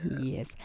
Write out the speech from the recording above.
Yes